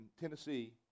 Tennessee